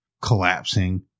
collapsing